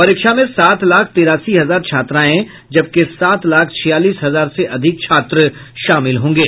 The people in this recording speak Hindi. परीक्षा में सात लाख तिरासी हजार छात्राएं जबकि सात लाख छियालीस हजार से अधिक छात्र शामिल होंगे